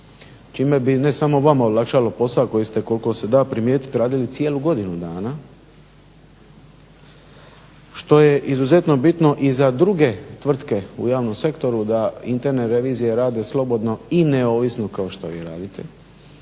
čime bi ne samo vama olakšalo posao koji ste koliko se da primijetiti radili cijelu godinu dana, što je izuzetno bitno i za druge tvrtke u javnom sektoru da interne revizije rade slobodno i neovisno kao što vi radite